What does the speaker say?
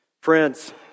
Friends